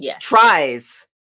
tries